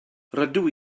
rydw